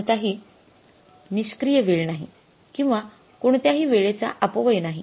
कोणताही निष्क्रिय वेळ नाही किंवा कोणत्याही वेळेचा अपव्यय नाही